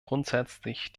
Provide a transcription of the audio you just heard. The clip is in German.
grundsätzlich